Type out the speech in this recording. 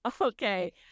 Okay